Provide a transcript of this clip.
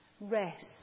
rest